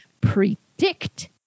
predict